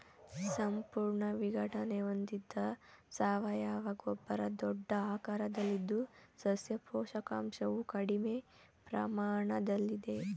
ಸಂಪೂರ್ಣ ವಿಘಟನೆ ಹೊಂದಿದ ಸಾವಯವ ಗೊಬ್ಬರ ದೊಡ್ಡ ಆಕಾರದಲ್ಲಿದ್ದು ಸಸ್ಯ ಪೋಷಕಾಂಶವು ಕಡಿಮೆ ಪ್ರಮಾಣದಲ್ಲಿದೆ